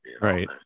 Right